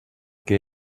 que